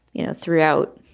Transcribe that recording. you know, throughout,